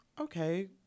okay